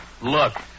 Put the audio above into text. Look